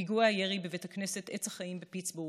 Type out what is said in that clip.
פיגוע הירי בבית הכנסת עץ החיים בפיטסבורג,